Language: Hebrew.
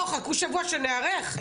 לא חכו שבוע שנערך?